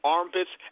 Armpits